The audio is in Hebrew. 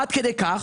עד כדי כך,